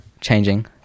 changing